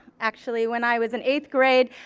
actually, when i was in eighth grade,